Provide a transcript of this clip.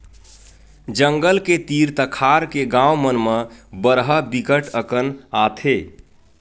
जंगल के तीर तखार के गाँव मन म बरहा बिकट अकन आथे